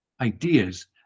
ideas